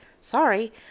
Sorry